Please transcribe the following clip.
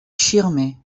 schirmer